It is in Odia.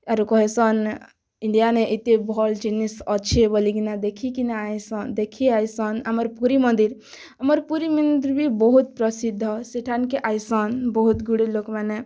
ଆରୁ କହିସନ୍ ଇଣ୍ଡିଆନେ ଏତେ ଭଲ ଜିନିଷ ଅଛେ ବୋଲିକିନା ଦେଖିକିନା ଆଇସନ୍ ଦେଖି ଆଇସନ୍ ଆମର୍ ପୁରୀ ମନ୍ଦିର ଆମର୍ ପୁରୀ ମନ୍ଦିର ବି ବହୁତ୍ ପ୍ରସିଦ୍ଧ ସେଠାନ୍କେ ଆଇସନ୍ ବହୁତ ଗୁଡ଼ିଏ ଲୋକମାନେ